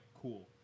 cool